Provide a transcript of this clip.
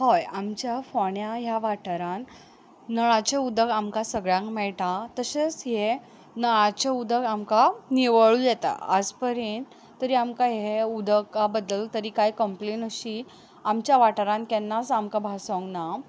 हय आमच्या फोण्या ह्या वाटारान नळाचें उदक आमकां सगळ्यांक मेळटा तशेंच हें नळाचें उदक आमकां निवळूय येता आज परेन तरी आमकां हें उदका बद्दल तरी कांय कंम्प्लेन अशी आमच्या वाटारान आमकां केन्नाच अशी भासोंक ना